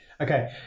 Okay